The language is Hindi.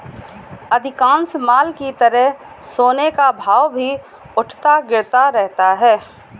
अधिकांश माल की तरह सोने का भाव भी उठता गिरता रहता है